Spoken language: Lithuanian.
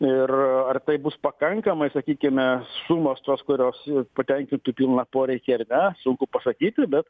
ir ar tai bus pakankamai sakykime sumos tos kurios patenkintų pilną poreikį ar ne sunku pasakyti bet